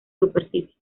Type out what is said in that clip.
superficie